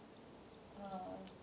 err